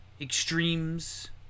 Extremes